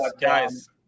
guys